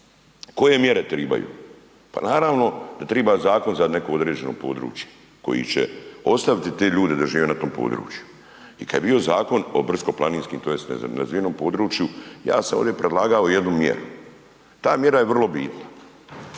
Koje mjere tribaju? Pa naravno da triba zakon za neko određeno područje koji će ostaviti te ljude da žive na tom području. I kad je bio Zakon o brdsko-planinskim tj. nerazvijenom području ja sam ovdje predlagao jednu mjeru, ta mjera je vrlo bitna.